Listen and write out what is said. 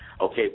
Okay